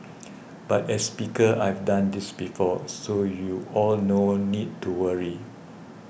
but as speaker I've done this before so you all no need to worry